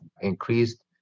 increased